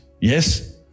yes